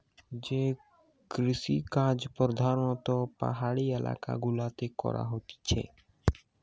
যে কৃষিকাজ প্রধাণত পাহাড়ি এলাকা গুলাতে করা হতিছে